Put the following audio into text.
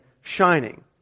shining